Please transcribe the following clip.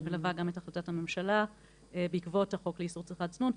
שמלווה גם את החלטת הממשלה בעקבות החוק לאיסור צריכת זנות,